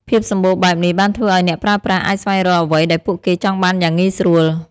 ភាពសម្បូរបែបនេះបានធ្វើឱ្យអ្នកប្រើប្រាស់អាចស្វែងរកអ្វីដែលពួកគេចង់បានយ៉ាងងាយស្រួល។